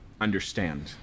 understand